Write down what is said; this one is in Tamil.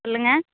சொல்லுங்கள்